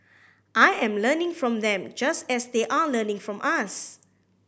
I am learning from them just as they are learning from us